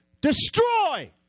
Destroy